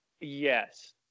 Yes